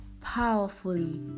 powerfully